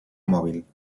mòbil